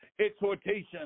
exhortation